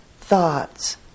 thoughts